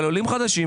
אבל עולים חדשים,